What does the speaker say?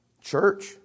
Church